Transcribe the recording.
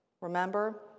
Remember